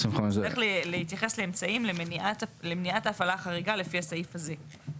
שהוא יצטרך להתייחס לאמצעים למניעת ההפעלה החריגה לפי הסעיף הזה.